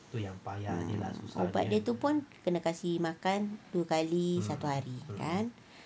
mm ubat dia tu pun kena kasi makan dua kali satu hari kan